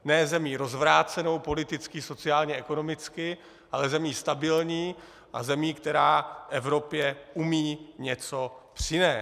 Ne zemí rozvrácenou politicky, sociálně, ekonomicky, ale zemí stabilní a zemí, která Evropě umí něco přinést.